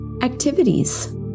activities